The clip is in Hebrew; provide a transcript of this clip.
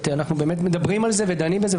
אנחנו באמת מדברים על זה ודנים בזה,